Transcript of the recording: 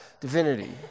divinity